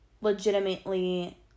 legitimately